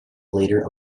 later